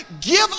give